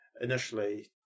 initially